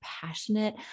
passionate